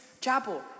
Chapel